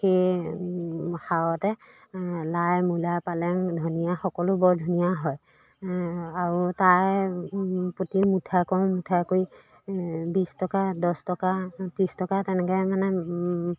সেই সাৰতে লাই মূলা পালেং ধনিয়া সকলো বৰ ধুনীয়া হয় আৰু তাই প্ৰতি মুঠাই কৰোঁ মুঠাই কৰি বিছ টকা দছ টকা ত্ৰিছ টকা তেনেকৈ মানে